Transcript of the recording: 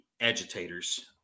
agitators